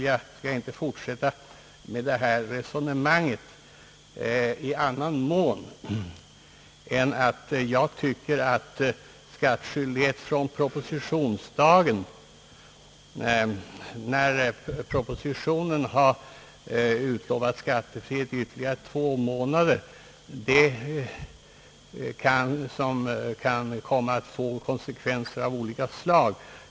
Jag skall inte fortsätta med resonemang kring herr Erikssons motion i annan mån än framhålla, att skattskyldighet från propositionsdagen, när propositionen har utlovat skattefrihet ytterligare två månader, kan komma att få konsekvenser av flera olika slag.